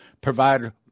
provide